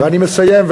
ואני מסיים.